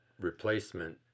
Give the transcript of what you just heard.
replacement